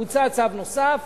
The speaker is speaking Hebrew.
הוצא צו נוסף